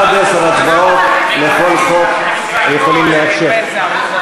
עד עשר הצבעות לכל חוק יכולים לאפשר.